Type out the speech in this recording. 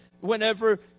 whenever